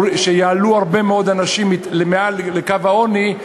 שיעלו הרבה מאוד אנשים מעל לקו העוני,